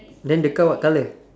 then the car what colour